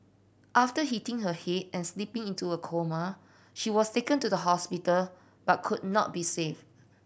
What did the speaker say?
after hitting her head and slipping into a coma she was taken to the hospital but could not be saved